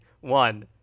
One